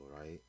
right